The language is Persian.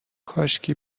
کاشکی